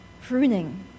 Pruning